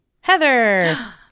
Heather